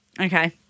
Okay